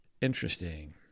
interesting